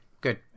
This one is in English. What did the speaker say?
good